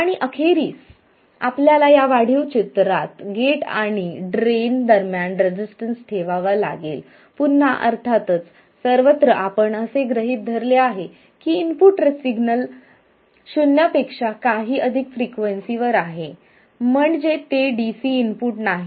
आणि अखेरीस आपल्याला या वाढीव चित्रात गेट आणि ड्रेन दरम्यान रेसिस्टन्स ठेवावा लागेल पुन्हा अर्थातच सर्वत्र आपण असे गृहित धरले आहे की इनपुट सिग्नल शून्यापेक्षा काही अधिक फ्रिक्वेन्सीवर आहे म्हणजे ते डीसी इनपुट नाही